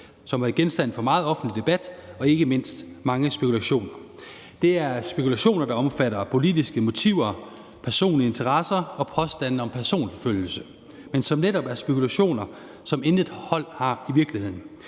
været genstand for meget offentlig debat og ikke mindst mange spekulationer. Det er spekulationer, der omfatter politiske motiver, personlige interesser og påstande om personforfølgelse, men som netop er spekulationer, som intet hold har i virkeligheden.